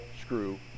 screw